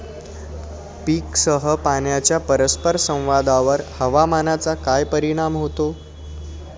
पीकसह पाण्याच्या परस्पर संवादावर हवामानाचा काय परिणाम होतो?